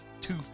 two